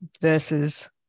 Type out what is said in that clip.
versus